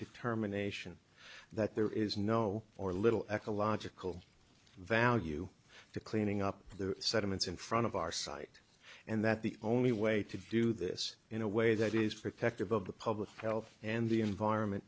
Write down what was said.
determination that there is no or little ecological value to cleaning up the sediments in front of our site and that the only way to do this in a way that is protective of the public health and the environment